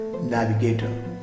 Navigator